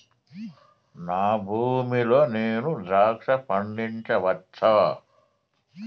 నా భూమి లో నేను ద్రాక్ష పండించవచ్చా?